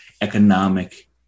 economic